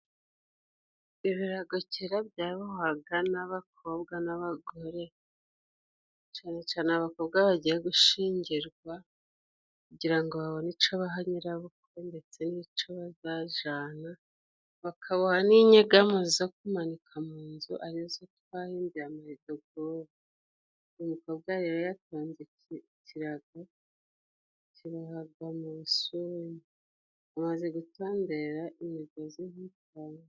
Ibirago kera byabohwaga n'abakobwa n'abagore, cane cane abakobwa bagiye gushingirwa kugira ngo babone ico baha nyirabukwe ndetse n'ico bazajana, bakaboha n'inyegamo zo kumanika mu nzu, ari zo twahinduye amarido g'ubu. Umukobwa yari yatanze ikirago kibohwaga mu busuna, ibaze gutondera imigozi nk'itanu.